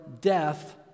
death